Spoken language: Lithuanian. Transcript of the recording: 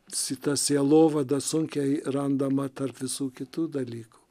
sita sielovada sunkiai randama tarp visų kitų dalykų